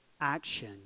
action